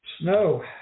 Snow